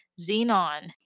Xenon